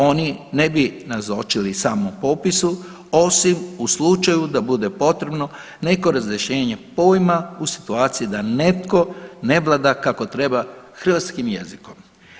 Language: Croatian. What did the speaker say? Oni ne bi nazočili samom popisu osim u slučaju da bude potrebno neko razrješenje pojma u situaciji da netko ne vlada kako treba hrvatskim jezikom.